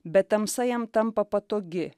bet tamsa jam tampa patogi